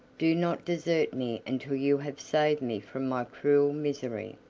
do not desert me until you have saved me from my cruel misery.